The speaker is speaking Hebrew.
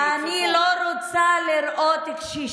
אני לא רוצה לראות שרפות.